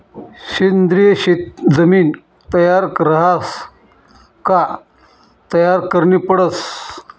सेंद्रिय शेत जमीन तयार रहास का तयार करनी पडस